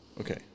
Okay